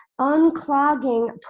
unclogging